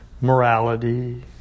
morality